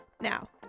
Now